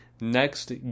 next